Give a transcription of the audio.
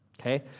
Okay